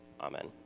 Amen